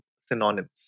synonyms